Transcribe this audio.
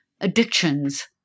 addictions